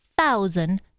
Thousand